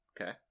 Okay